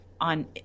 on